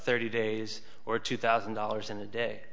thirty days or two thousand dollars in a day